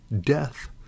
death